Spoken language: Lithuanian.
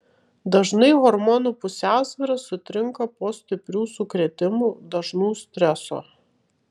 dažnai hormonų pusiausvyra sutrinka po stiprių sukrėtimų dažnų streso